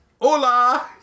Hola